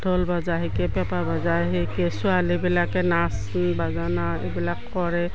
ঢোল বজা শিকে পেঁপা বজা শিকে ছোৱালীবিলাকে নাচ বাজনা এইবিলাক কৰে